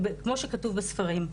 כמו שכתוב בספרים.